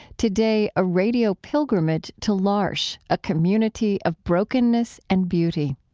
today, a radio pilgrimage to l'arche a community of brokenness and beauty.